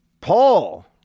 Paul